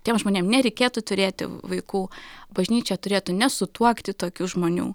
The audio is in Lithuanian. tiem žmonėm nereikėtų turėti vaikų bažnyčia turėtų nesutuokti tokių žmonių